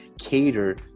cater